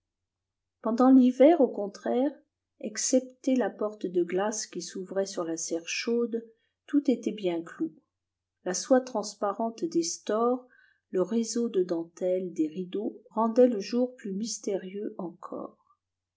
pendant l'hiver au contraire excepté la porte de glace qui s'ouvrait sur la serre chaude tout était bien clos la soie transparente des stores le réseau de dentelles des rideaux rendaient le jour plus mystérieux encore